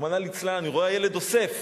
רחמנא ליצלן, אני רואה, הילד אוסף.